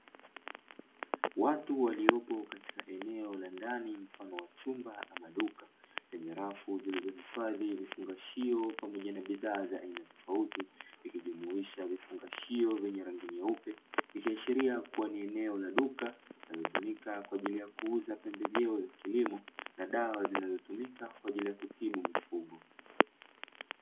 Watu waliopo katika eneo la ndani mfano wa chumba ama duka, lenye rafu zilizohifadhi vifungashio pamoja na bidhaa za aina tofauti ikijumuisha vifungashio vyenye rangi nyeupe; ikiashiria kuwa ni eneo la duka linalotumika kwa ajili ya kuuza pembejeo za kilimo, na dawa zinazotumika kwa ajili ya kutibu mifugo.